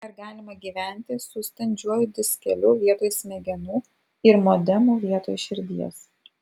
ar galima gyventi su standžiuoju diskeliu vietoj smegenų ir modemu vietoj širdies